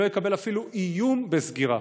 לא יקבל אפילו איום בסגירה.